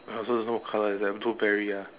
I also don't know what colour is that blueberry ah